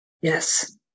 Yes